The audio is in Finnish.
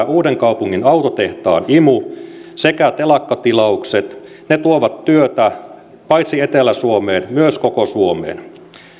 uudenkaupungin autotehtaan imu sekä telakkatilaukset tuovat työtä paitsi etelä suomeen myös koko suomeen